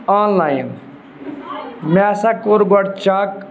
آن line مےٚ ہَسا کوٚر گۄڈٕ چَک